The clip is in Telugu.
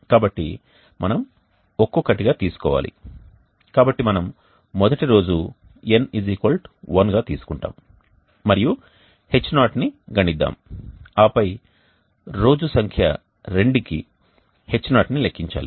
కాబట్టి మనం ఒక్కొక్కటిగా తీసుకోవాలి కాబట్టి మనం మొదటి రోజు n 1గా తీసుకుంటాము మరియు H0 ని గణిద్దాం ఆపై రోజు సంఖ్య రెండుకి H0 ని లెక్కించాలి